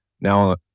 now